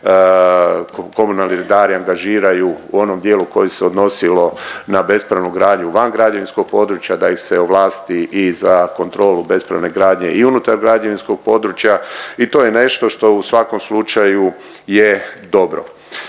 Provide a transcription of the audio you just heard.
komunalni redari angažiraju u onom dijelu koji se odnosilo na bespravnu gradnju van građevinskog područja, da ih se ovlasti i za kontrolu bespravne gradnje i unutar građevinskog područja i to je nešto što u svakom slučaju je dobro.